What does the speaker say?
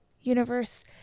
Universe